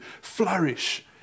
flourish